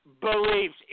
beliefs